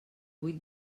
vuit